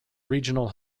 regional